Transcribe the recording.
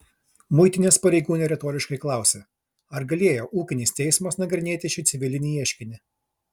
muitinės pareigūnė retoriškai klausia ar galėjo ūkinis teismas nagrinėti šį civilinį ieškinį